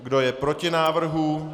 Kdo je proti návrhu?